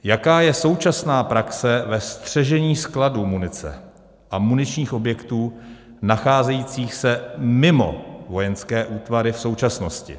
Jaká je současná praxe ve střežení skladů munice a muničních objektů nacházejících se mimo vojenské útvary v současnosti?